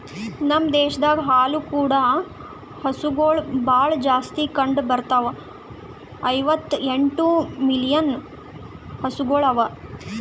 ನಮ್ ದೇಶದಾಗ್ ಹಾಲು ಕೂಡ ಹಸುಗೊಳ್ ಭಾಳ್ ಜಾಸ್ತಿ ಕಂಡ ಬರ್ತಾವ, ಐವತ್ತ ಎಂಟು ಮಿಲಿಯನ್ ಹಸುಗೊಳ್ ಅವಾ